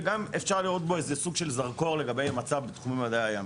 וגם אפשר לראות בו סוג של זרקור לגבי המצב בתחום מדעי הים.